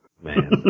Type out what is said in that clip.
man